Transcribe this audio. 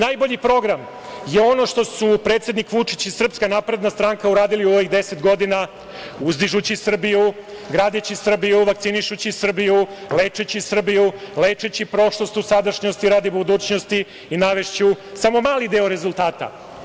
Najbolji program je ono što su predsednik Vučić i SNS uradili u ovih deset godina, uzdižući Srbiju, gradeći Srbiju, vakcinišući Srbiju, lečeći Srbiju, lečeći prošlost od sadašnjosti radi budućnosti i navešću samo mali deo rezultata.